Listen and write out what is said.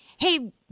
Hey